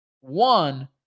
one